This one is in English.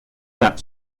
that